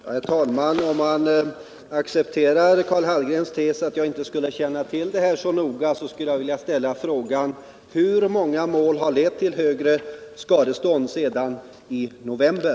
Herr talman! Innan jag accepterar Karl Hallgrens tes att jag inte skulle känna till det här så noga skulle jag vilja ställa frågan: Hur många mål har lett till högre skadestånd sedan i november?